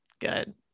good